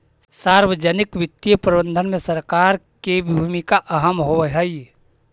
सार्वजनिक वित्तीय प्रबंधन में सरकार के भूमिका अहम होवऽ हइ